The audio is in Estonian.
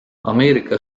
ameerika